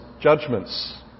judgments